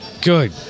Good